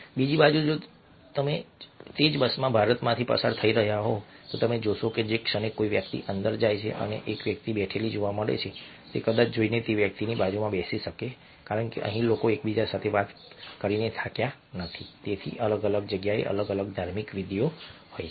બીજી બાજુ જો તે જ બસ ભારતમાંથી પસાર થઈ રહી હોય તો તમે જોશો કે જે ક્ષણે કોઈ વ્યક્તિ અંદર જાય છે અને એક વ્યક્તિ બેઠેલી જોવા મળે છે તે કદાચ જઈને તે વ્યક્તિની બાજુમાં બેસી શકે કારણ કે અહીં લોકો એકબીજા સાથે વાત કરીને થાક્યા નથી તેથી અલગ અલગ જગ્યાએ અલગ અલગ ધાર્મિક વિધિઓ હોય છે